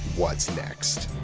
what's next?